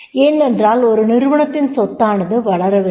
ஏனென்றால் ஒரு நிறுவனத்தின் சொத்தானது வளரவேண்டும்